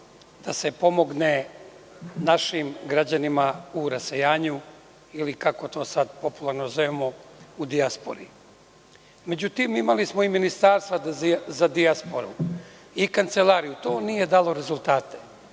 da se pomogne našim građanima u rasejanju ili, kako to sad popularno zovemo, u dijaspori.Međutim, imali smo i ministarstva za dijasporu i kancelariju. To nije dalo rezultate,